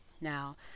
Now